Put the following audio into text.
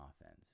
offense